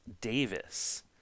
Davis